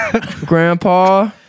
Grandpa